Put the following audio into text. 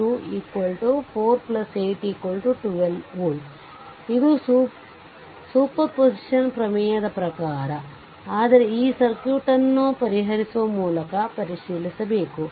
v v1 v2 4 812volt ಇದು superposition ಪ್ರಮೇಯದ ಪ್ರಕಾರ ಆದರೆ ಈ ಸರ್ಕ್ಯೂಟ್ ಅನ್ನು ಪರಿಹರಿಸುವ ಮೂಲಕ ಪರಿಶೀಲಿಸಬೇಕು